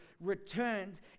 returns